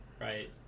right